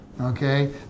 okay